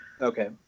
Okay